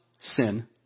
sin